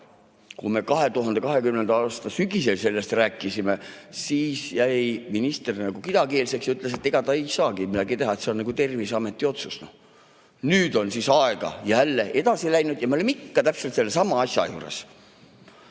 Kui me 2020. aasta sügisel sellest rääkisime, siis jäi minister kidakeelseks ja ütles, et ega ta ei saagi midagi teha, see on Terviseameti otsus. Nüüd on aeg edasi läinud, aga me oleme ikka täpselt sellesama asja juures.